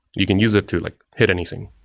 you can use it to like hit anything.